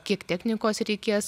kiek teknikos reikės